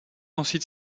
ensuite